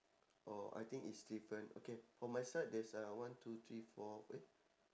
oh I think it's different okay for my side there's uh one two three four eh